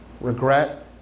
regret